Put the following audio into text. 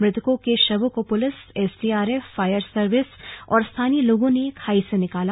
मृतकों के शवों को पुलिस एसडीआरएफ फायर सर्विस और स्थानीय लोगों ने खाई से निकाला